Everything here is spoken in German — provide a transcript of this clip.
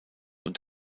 und